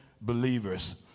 believers